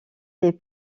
les